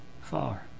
far